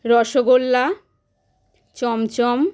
rasgulla chamcham